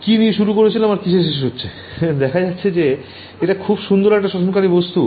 কি নিয়ে শুরু হয়েছিল আর কিসে শেষ হচ্ছে দেখা যাচ্ছে যে এটা খুব সুন্দর একটা শোষণকারী বস্তু